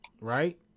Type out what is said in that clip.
right